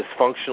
dysfunctional